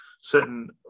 certain